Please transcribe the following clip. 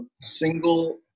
single